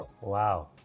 Wow